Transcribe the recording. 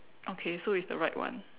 okay so it's the right one